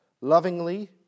lovingly